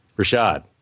Rashad